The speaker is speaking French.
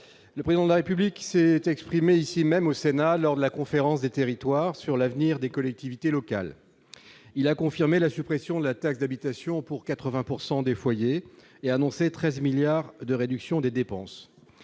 le président de la République s'est exprimé ici même au Sénat, lors de la conférence des territoires sur l'avenir des collectivités locales, il a confirmé la suppression de la taxe d'habitation pour 80 pourcent des des foyers et annoncé 13 milliards de réduction des dépenses,